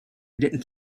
didn’t